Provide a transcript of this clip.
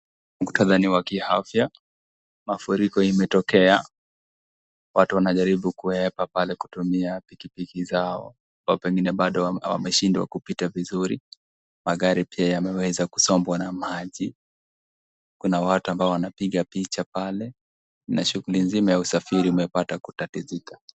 Mktadha ni wa kiafya mafuriko imetokea watu wanajaribu kuepa pale kutumia pikipiki zao wengine bado wameshindwa kupita vizuri magari pia yameweza kuzombwa na maji ,kuna watu ambao wanapiga picha pale na shughuli nzima ya usafiri umepata kutatizika.